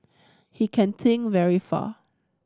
he can think very far